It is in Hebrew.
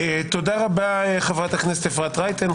תודה רבה, חברת הכנסת אפרת רייטן.